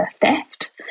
theft